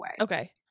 okay